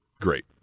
great